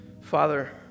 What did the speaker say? Father